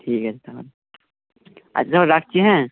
ঠিক আছে তাহলে আচ্ছা রাখছি হ্যাঁ